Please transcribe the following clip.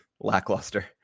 lackluster